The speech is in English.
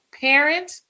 parent